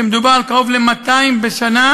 מדובר על קרוב ל-200 בשנה,